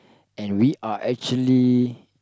and we are actually